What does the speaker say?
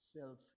self